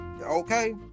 Okay